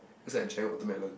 looks like a giant watermelon